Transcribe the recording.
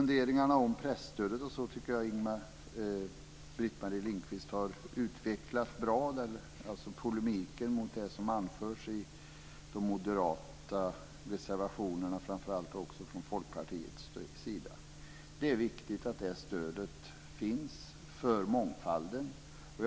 Polemiken mot det som anförs i reservationerna från Moderaterna, framför allt, men också från Folkpartiet när det gäller presstödet, tycker jag att Britt Marie Svensson har utvecklat bra. Det är viktigt för mångfalden att stödet finns.